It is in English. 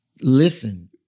listen